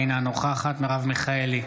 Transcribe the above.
אינה נוכחת מרב מיכאלי,